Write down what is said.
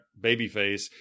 babyface